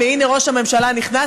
הינה ראש הממשלה נכנס,